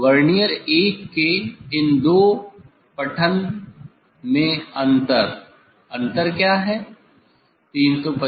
अब वर्नियर 1 के इन दो पठन में अंतर अंतर क्या है